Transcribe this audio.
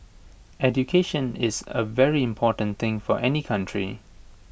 education is A very important thing for any country